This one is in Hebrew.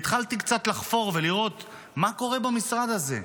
והתחלתי קצת לחפור ולראות מה קורה במשרד הזה,